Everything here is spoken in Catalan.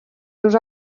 seus